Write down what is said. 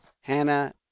Hannah